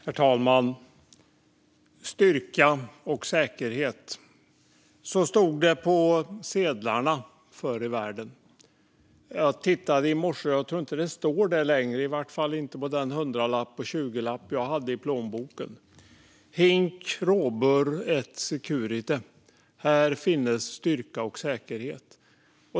Herr talman! Styrka och säkerhet - så stod det på sedlarna förr i världen. Jag tittade i morse, och jag tror inte att det står så längre, i varje fall inte på den hundralapp och tjugolapp som jag hade i plånboken. Hinc robur et securitas - härav styrka och säkerhet.